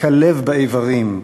כלב באיברים,